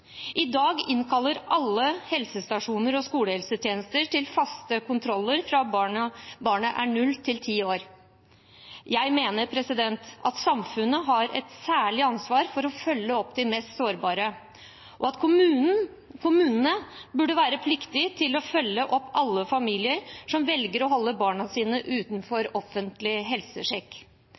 I dag innkaller alle helsestasjonene og skolehelsetjenesten til faste kontroller fra barnet er 0 til 10 år. Jeg mener at samfunnet har et særlig ansvar for å følge opp de mest sårbare, og kommunene burde ha plikt til å følge opp alle familier som velger å holde barna sine unna offentlig helsesjekk.